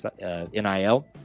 NIL